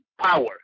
power